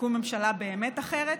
שתקום ממשלה באמת אחרת,